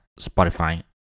Spotify